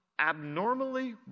abnormally